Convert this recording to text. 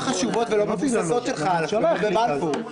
חשובות ולא מבוססות שלך על ההפגנות בבלפור.